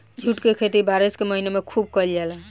jute के खेती बारिश के महीना में खुब कईल जाला